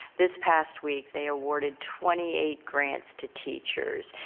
this past week they awarded twenty eight grants to teachers.